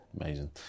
Amazing